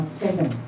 seven